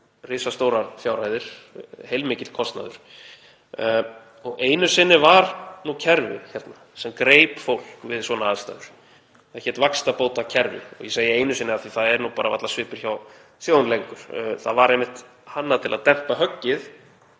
risastórar fjárhæðir, heilmikill kostnaður. Einu sinni var nú kerfi hérna sem greip fólk við svona aðstæður. Það hét vaxtabótakerfi. Ég segi einu sinni af því það er varla svipur hjá sjón lengur. Það var einmitt hannað til að dempa höggið